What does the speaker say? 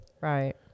Right